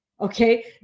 okay